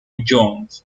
jones